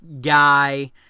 guy